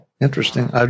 Interesting